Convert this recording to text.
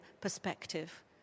perspective